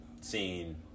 seen